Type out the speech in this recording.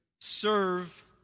serve